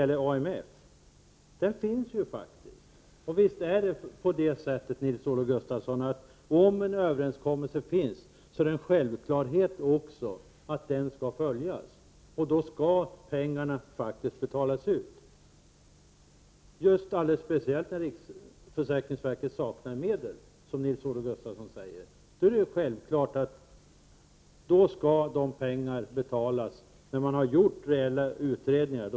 16 november 1988 Överenskommelsen med AMF finns. Och om en överenskommelse finns Gjord oe är det också en självklarhet att den skall följas, och då skall pengarna betalas ut, speciellt när riksförsäkringsverket saknar medel, som Nils-Olof Gustafsson säger. Man skall alltså få ersättning när man har gjort rejäla utredningar.